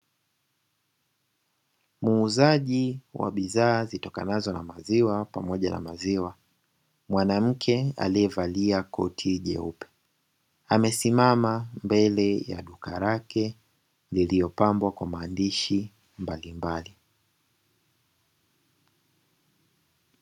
Muuzaji wa bidhaa zitokanazo na maziwa pamoja na maziwa, mwanamke aliyevalia koti jeupe amesimama mbele ya duka lake lililopambwa kwa maandishi mbalimbali.